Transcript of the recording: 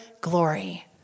glory